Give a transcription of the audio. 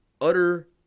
utter